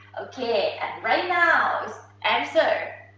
okay, and right now is answer.